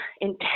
intense